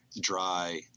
dry